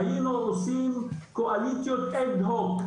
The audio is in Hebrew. והיינו עושים קואליציות הד הוק,